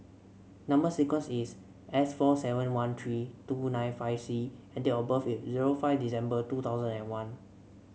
number sequence is S four seven one three two nine five C and date of birth is zero five December two thousand and one